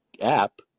app